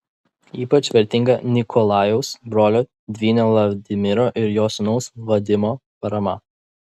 ypač vertinga nikolajaus brolio dvynio vladimiro ir jo sūnaus vadimo parama